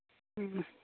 ᱦᱮᱸ